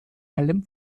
allem